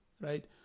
right